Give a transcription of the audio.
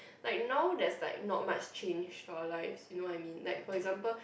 like now there's like not much change for our lives you know what I mean like for example